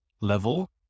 level